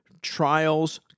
trials